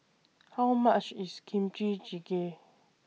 How much IS Kimchi Jjigae